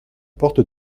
porte